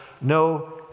no